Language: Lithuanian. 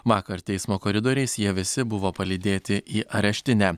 vakar teismo koridoriais jie visi buvo palydėti į areštinę